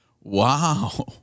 Wow